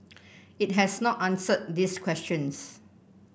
it has not answered these questions